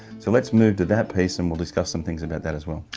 so lets move to that piece and we'll discuss some things about that as well.